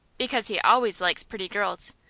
because he always likes pretty girls.